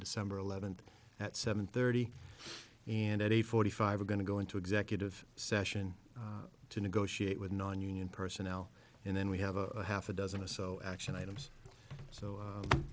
december eleventh at seven thirty and at a forty five we're going to go into executive session to negotiate with nonunion personnel and then we have a half a dozen or so action items so